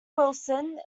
wilson